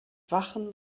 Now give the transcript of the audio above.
wachen